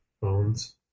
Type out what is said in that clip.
phones